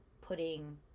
putting